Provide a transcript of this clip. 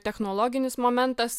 technologinis momentas